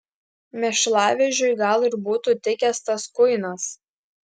mėšlavežiui gal ir būtų tikęs tas kuinas